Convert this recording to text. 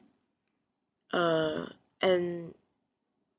uh and